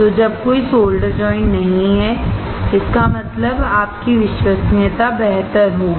तो जब कोई सोल्डर ज्वाइंट नहीं हैं इसका मतलब है कि आपकी विश्वसनीयता बेहतर होगी